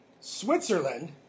Switzerland